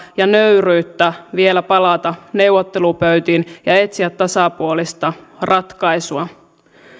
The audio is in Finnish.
ja nöyryyttä vielä palata neuvottelupöytiin ja etsiä tasapuolista ratkaisua